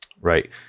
right